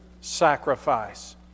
sacrifice